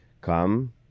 come